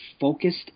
focused